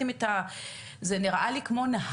אולי אני אסביר את התהליך,